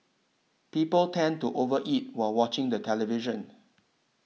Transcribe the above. people tend to over eat while watching the television